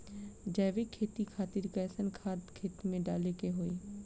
जैविक खेती खातिर कैसन खाद खेत मे डाले के होई?